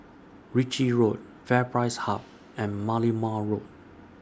Ritchie Road FairPrice Hub and Merlimau Road